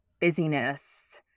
busyness